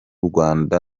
rwanda